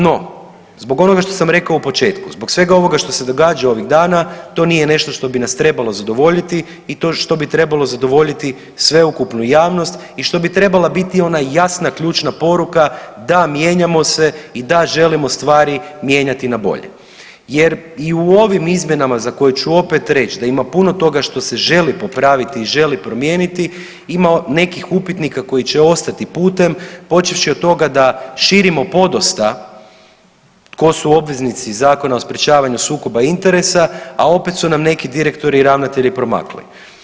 No, zbog onoga što sam rekao u početku, zbog svega što se događa ovih dana to nije nešto što bi nas trebalo zadovoljiti i to još što bi trebalo zadovoljiti sveukupnu javnost i što bi trebala biti ona jasna i ključna poruka da mijenjamo se i da želimo stvari mijenjati na bolje jer i u ovim izmjenama za koje ću opet reć da ima puno toga što se želi popraviti i želi promijeniti ima nekih upitnika koji će ostati putem počevši od toga da širimo podosta tko su obveznici Zakona o sprječavanju sukoba interesa, a opet su nam neki direktori i ravnatelji promakli.